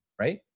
right